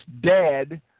dead